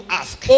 ask